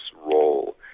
role